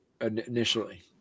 initially